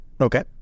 Okay